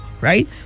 right